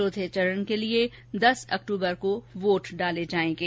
चौथे चरण के लिये दस अक्टूबर को वोट डाले जायेंगे